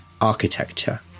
architecture